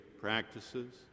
practices